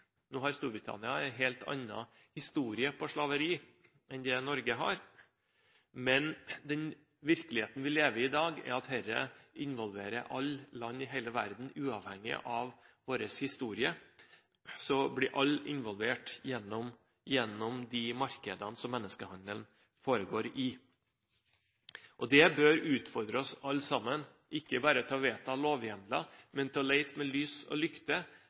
dag er at dette involverer alle land i hele verden. Uavhengig av vår historie blir alle involvert gjennom de markedene som menneskehandelen foregår i. Det bør utfordre oss alle sammen, ikke bare til å vedta lovhjemler, men til å lete med lys og lykte